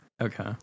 Okay